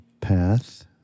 path